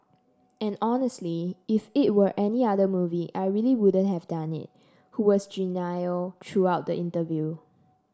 and honestly if it were any other movie I really wouldn't have done it who was genial throughout the interview